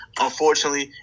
Unfortunately